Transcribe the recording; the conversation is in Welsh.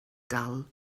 dal